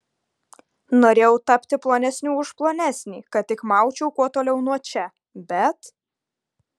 norėjau tapti plonesniu už plonesnį kad tik maučiau kuo toliau nuo čia bet